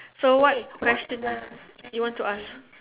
so what question you want to ask